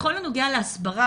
הסברה,